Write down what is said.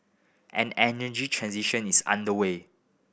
an energy transition is underway